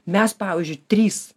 mes pavyzdžiui trys